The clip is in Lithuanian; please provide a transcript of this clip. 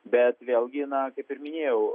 bet vėlgi na kaip ir minėjau